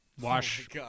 Wash